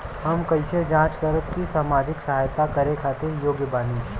हम कइसे जांच करब की सामाजिक सहायता करे खातिर योग्य बानी?